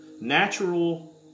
natural